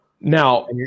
Now